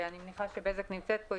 ואני מניחה שנציגי בזק נמצאים פה,